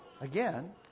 again